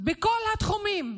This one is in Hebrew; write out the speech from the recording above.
בכל התחומים,